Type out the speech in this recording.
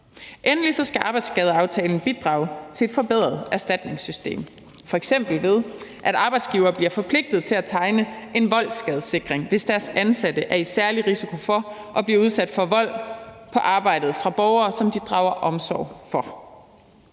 Endelig skal arbejdsskadeaftalen bidrage til et forbedret erstatningssystem, f.eks. ved at arbejdsgivere bliver forpligtet til at tegne en voldsskadessikring, hvis deres ansatte er i særlig risiko for at blive udsat for vold på arbejdet af borgere, som de drager omsorg for.